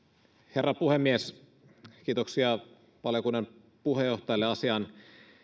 herra puhemies kiitoksia valiokunnan puheenjohtajalle asian